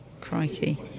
Crikey